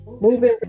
Moving